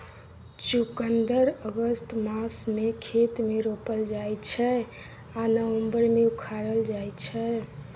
चुकंदर अगस्त मासमे खेत मे रोपल जाइ छै आ नबंबर मे उखारल जाइ छै